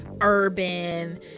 urban